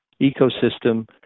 ecosystem